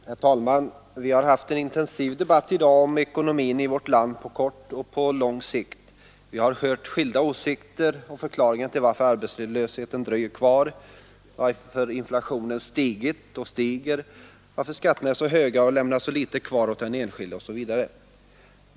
Herr talman! Vi har haft en intensiv debatt i dag om ekonomin i vårt land på kort och på lång sikt. Vi har hört skilda åsikter och förklaringar varför arbetslösheten dröjer kvar, varför inflationen stigit och stiger, varför skatterna är så höga och lämnar så litet kvar åt den enskilde osv.